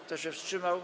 Kto się wstrzymał?